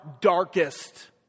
darkest